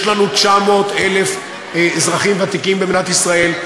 יש לנו 900,000 אזרחים ותיקים במדינת ישראל.